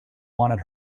wanted